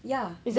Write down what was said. ya then